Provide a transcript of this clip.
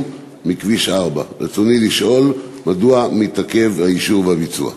מכביש 4. ברצוני לשאול: מדוע מתעכבים האישור והביצוע?